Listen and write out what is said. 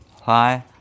hi